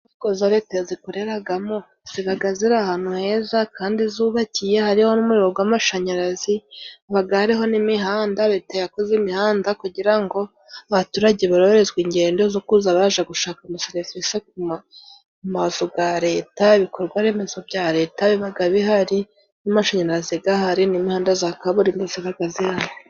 Inyubako iyo leta izikoreragamo, zibaga ziri ahantu heza kandi zubakiye, hariho n'umuriro gw'amashanyarazi, habaga hariho n'imihanda. Leta yakoze imihanda, kugira ngo abaturage boroherezwe ingendo zo kuza baraja gushaka amaserivise ku mazu ga leta. Ibikorwa remezo bya leta bibaga bihari, n'amashanyarazi gahari, n'imihanda za kaburimbo zibaga zihari.